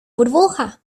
burbuja